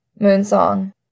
Moonsong